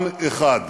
עם אחד.